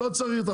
לא צריך את החוק.